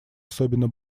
особенно